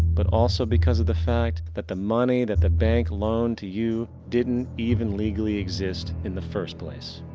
but, also because of the fact that the money that the bank loaned to you didn't even legally exist in the first place.